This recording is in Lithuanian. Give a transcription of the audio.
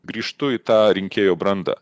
grįžtu į tą rinkėjų brandą